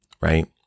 right